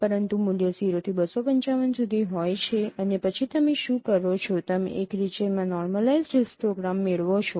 પરંતુ મૂલ્યો 0 થી ૨૫૫ સુધીની હોય છે અને પછી તમે શું કરો છો તમે એક રિજિયનમાં નોર્મલાઈજ્ડ હિસ્ટોગ્રામ મેળવો છો